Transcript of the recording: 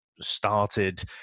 started